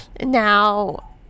now